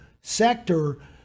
sector